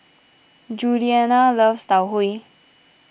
Juliana loves Tau Huay